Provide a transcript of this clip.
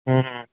ਹੂੰ